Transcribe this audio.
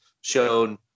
shown